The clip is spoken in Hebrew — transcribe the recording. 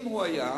אם הוא היה,